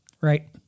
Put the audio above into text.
Right